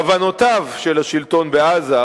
כוונותיו של השלטון בעזה,